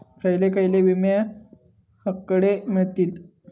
खयले खयले विमे हकडे मिळतीत?